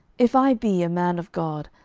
if i be a man of god,